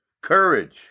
courage